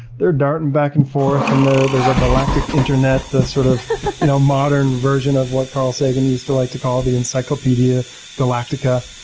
they're darting back and forth in there. there's a galactic internet, the sort of you know modern version of what carl sagan used to like to call the encyclopedia galactica.